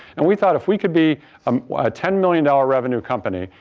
and, we thought if we could be um a ten million dollars revenue company,